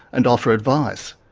and offer advice.